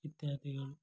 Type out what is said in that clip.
ಇತ್ಯಾದಿಗಳು